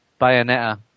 Bayonetta